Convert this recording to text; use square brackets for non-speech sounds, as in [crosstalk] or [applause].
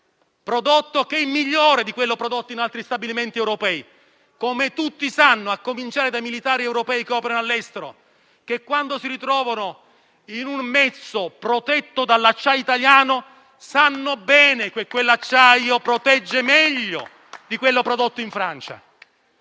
che è migliore di quello prodotto in altri stabilimenti europei. Lo sanno tutti, a cominciare dai militari europei che operano all'estero e che, quando si ritrovano in un mezzo protetto dall'acciaio italiano, [applause] sanno bene che quell'acciaio protegge meglio di quello prodotto in Francia.